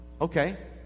Okay